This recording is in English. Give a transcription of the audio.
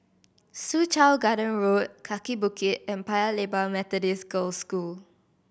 Soo Chow Garden Road Kaki Bukit and Paya Lebar Methodist Girls' School